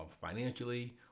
financially